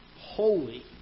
holy